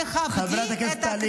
תכבדי את הכנסת.